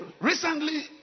recently